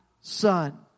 Son